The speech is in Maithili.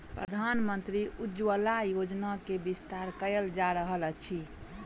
प्रधानमंत्री उज्ज्वला योजना के विस्तार कयल जा रहल अछि